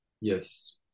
yes